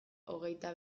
hogeita